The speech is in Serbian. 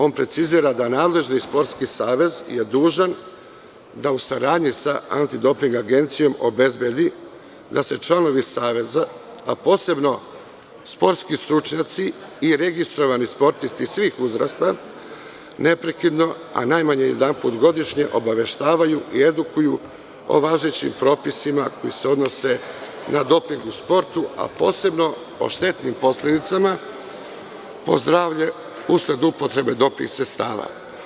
On precizira da nadležni sportski savez je dužan da u saradnji sa Anti doping agencijom obezbedi da se članovi saveza, a posebno sportski stručnjaci i registrovani sportisti svih uzrasta, neprekidno, a najmanje jednom godišnje, obaveštavaju i edukuju o važećim propisima koji se odnose na doping u sportu, a posebno o štetnim posledicama po zdravlje usled upotrebe doping sredstava.